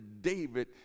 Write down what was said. David